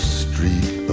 street